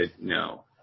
No